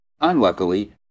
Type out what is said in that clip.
Unluckily